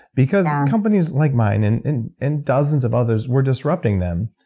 because companies like mine and and and dozens of others, we're disrupting them.